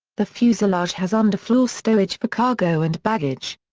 the fuselage has underfloor stowage for cargo and baggage.